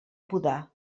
podar